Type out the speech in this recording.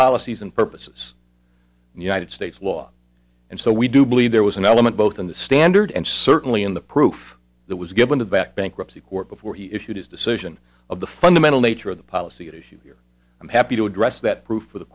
policies and purposes united states law and so we do believe there was an element both in the standard and certainly in the proof that was given to that bankruptcy court before he issued his decision of the fundamental nature of the policy at issue here i'm happy to address that proof for the